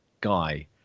guy